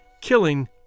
killing